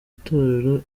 itorero